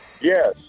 Yes